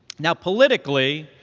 now, politically,